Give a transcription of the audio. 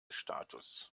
status